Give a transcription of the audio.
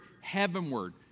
heavenward